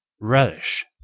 relish